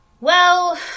Well